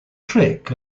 trick